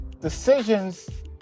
decisions